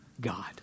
God